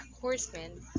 Horseman